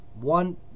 one